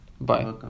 Bye